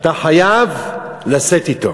אתה חייב לשאת אתו.